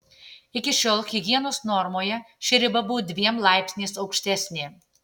iki šiol higienos normoje ši riba buvo dviem laipsniais aukštesnė